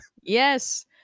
Yes